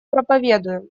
проповедуем